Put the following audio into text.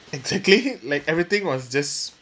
exactly like everything was just